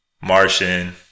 Martian